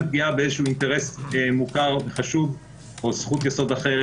פגיעה באיזשהו אינטרס מוכר וחשוב או זכות יסוד אחרת,